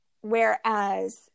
Whereas